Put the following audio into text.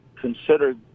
considered